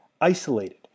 isolated